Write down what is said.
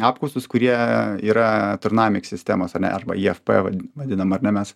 apkaustus kurie yra turnamic sistemos ar ne arba ifp vadi vadinam ar ne mes